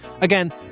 Again